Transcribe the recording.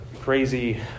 crazy